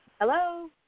Hello